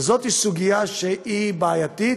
וזאת סוגיה בעייתית.